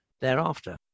thereafter